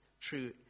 true